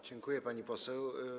Dziękuję, pani poseł.